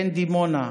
בן דימונה,